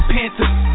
Panthers